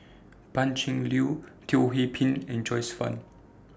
Pan Cheng Lui Teo Ho Pin and Joyce fan